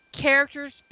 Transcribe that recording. Characters